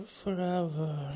forever